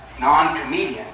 non-comedian